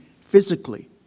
physically